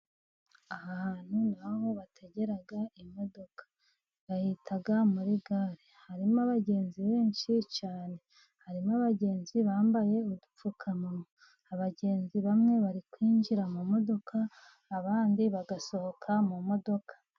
Aha hantu ni aho bategera imodoka bahita muri gare, harimo abagenzi benshi cyane, harimo abagenzi bambaye udupfukamunwa, abagenzi bamwe bari kwinjira mu modoka abandi bagasohoka mu modoka.